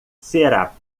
será